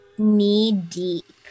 knee-deep